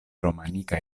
romanika